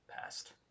past